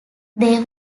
they